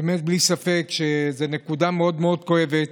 בלי ספק, זאת נקודה מאוד כואבת.